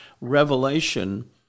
revelation